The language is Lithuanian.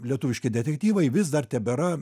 lietuviški detektyvai vis dar tebėra